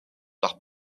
par